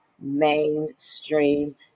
mainstream